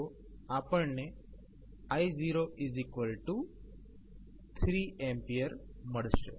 તો આપણને i03A મળશે